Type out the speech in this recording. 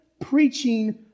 preaching